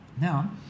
Now